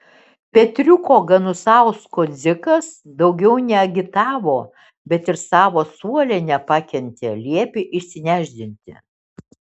petriuko ganusausko dzikas daugiau neagitavo bet ir savo suole nepakentė liepė išsinešdinti